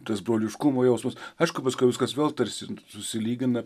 tas broliškumo jausmas aišku paskui viskas vėl tarsi susilygina